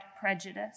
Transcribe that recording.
prejudice